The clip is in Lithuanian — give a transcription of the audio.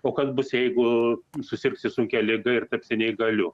o kas bus jeigu susirgsi sunkia liga ir tapsi neįgaliu